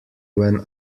when